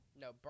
No